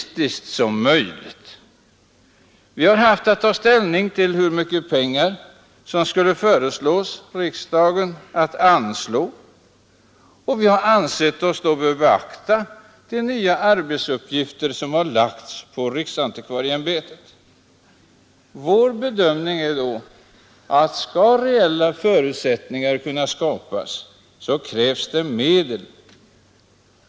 Vi har haft att ta ställning till hur mycket pengar som riksdagen skulle anslå, och vi har ansett oss böra beakta de nya arbetsuppgifter som lagts på riksantikvarieämbetet. Vår bedömning har alltså varit, att om reella förutsättningar skall kunna skapas, så krävs det medel.